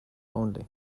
only